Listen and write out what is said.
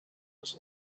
his